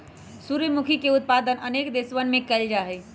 सूर्यमुखी के उत्पादन अनेक देशवन में कइल जाहई